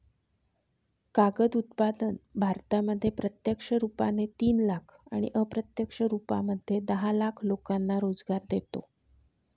कागद उत्पादन भारतामध्ये प्रत्यक्ष रुपाने तीन लाख आणि अप्रत्यक्ष रूपामध्ये दहा लाख लोकांना रोजगार देतो